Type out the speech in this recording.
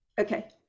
okay